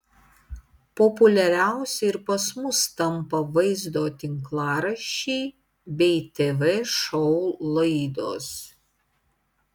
populiariausi ir pas mus tampa vaizdo tinklaraščiai bei tv šou laidos